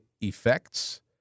effects